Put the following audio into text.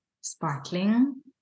sparkling